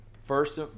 first